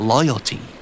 Loyalty